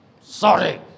sorry